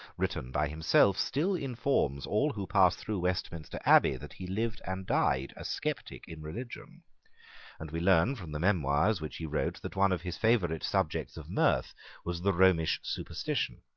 written by himself, still informs all who pass through westminster abbey that he lived and died a sceptic in religion and we learn from the memoirs which he wrote that one of his favourite subjects of mirth was the romish superstition.